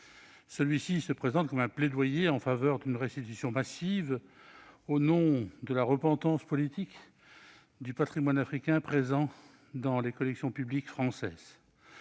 Ce rapport se présente comme un plaidoyer en faveur d'une restitution massive, au nom de la repentance politique, du patrimoine africain présent dans les collections publiques françaises.